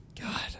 God